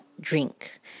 drink